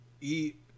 eat